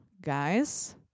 guys